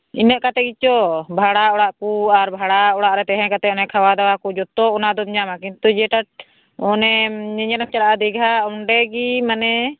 ᱤᱱᱟᱹᱜ ᱠᱟᱛᱮᱫ ᱜᱮᱪᱚ ᱵᱷᱟᱲᱟ ᱚᱲᱟᱜ ᱠᱚ ᱟᱨ ᱵᱷᱟᱲᱟ ᱚᱲᱟᱜ ᱨᱮ ᱛᱮᱦᱮᱸ ᱠᱟᱛᱮᱫ ᱡᱚᱛᱚ ᱚᱱᱟ ᱫᱚᱢ ᱧᱟᱢᱟ ᱠᱤᱱᱛᱩ ᱡᱮᱴᱟ ᱚᱱᱮ ᱧᱮᱧᱞᱮᱢ ᱪᱟᱞᱟᱜᱼᱟ ᱫᱤᱜᱷᱟ ᱚᱸᱰᱮ ᱜᱮ ᱢᱟᱱᱮ